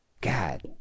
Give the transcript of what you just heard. God